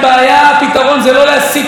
איך ייתכן שבצירים האלה,